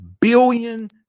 billion